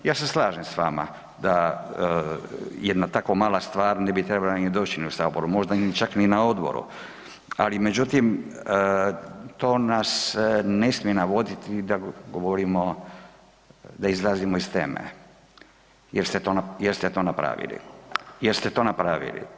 Ja se slažem s vama da jedna tako mala stvar ne bi trebala ni doći na sabor, možda čak ni na odboru, ali međutim to nas ne smije navoditi da govorimo, da izlazimo iz teme jer ste to napravili, jer ste to napravili.